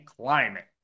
climate